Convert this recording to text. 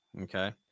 Okay